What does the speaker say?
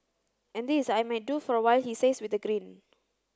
and this I might do for a while he says with a grin